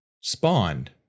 spawned